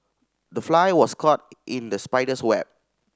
the fly was caught in the spider's web